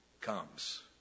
comes